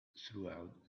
throughout